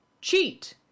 Cheat